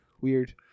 Weird